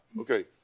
Okay